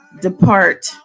depart